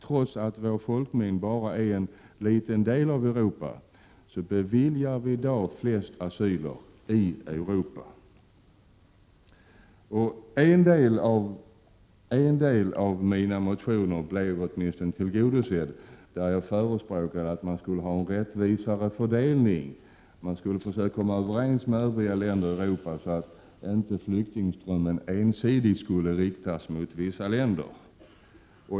Trots att vår folkmängd bara är en liten del av Europas beviljar vi flest asyler i Europa. Åtminstone en del i mina motioner blev tillgodosedd, nämligen den där jag förespråkar att vi skulle ha en rättvisare fördelning, att vi skulle försöka komma överens med övriga länder i Europa så att flyktingströmmen inte ensidigt riktas mot vissa länder.